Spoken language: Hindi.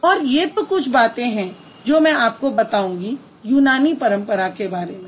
और ये तो कुछ बातें हैं जो मैं आपको बताऊँगी यूनानी परंपरा के बारे में